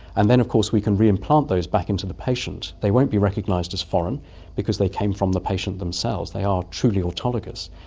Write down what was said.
and then of course we can reimplant those back into the patient. they won't be recognised as foreign because they came from the patient themselves, they are truly autologous.